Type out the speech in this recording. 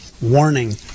warning